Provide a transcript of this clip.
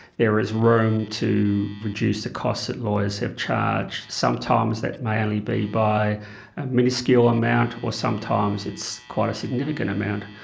there is room to reduce the costs that lawyers have charged. sometimes that may only be by a miniscule amount, or sometimes it's quite a significant amount.